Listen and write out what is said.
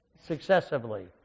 successively